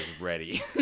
ready